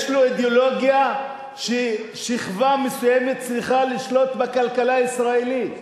יש לו אידיאולוגיה ששכבה מסוימת צריכה לשלוט בכלכלה הישראלית.